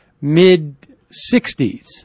mid-60s